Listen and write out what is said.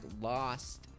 lost